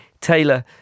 Taylor